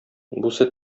бусы